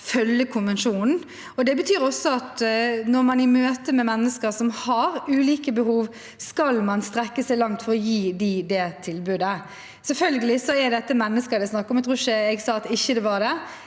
følge konvensjonen. Det betyr at man i møte med mennesker som har ulike behov, skal strekke seg langt for å gi dem det tilbudet. Selvfølgelig er det mennesker det er snakk om. Jeg tror ikke jeg sa at det ikke var det.